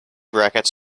brackets